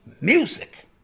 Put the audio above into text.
music